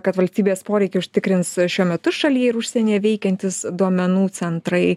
kad valstybės poreikį užtikrins šiuo metu šaly ir užsieny veikiantys duomenų centrai